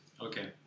Okay